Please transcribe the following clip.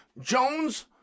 Jones